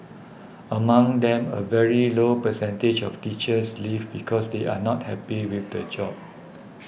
among them a very low percentage of teachers leave because they are not happy with the job